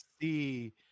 see